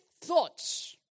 thoughts